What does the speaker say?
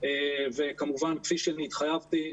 וכמובן כפי שאני התחייבתי,